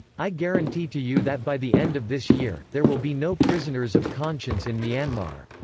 i guarantee to you that by the end of this year, there will be no prisoners of conscience in myanmar,